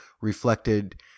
reflected